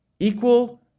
equal